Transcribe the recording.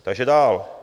Takže dál.